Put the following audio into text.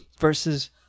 versus